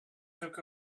took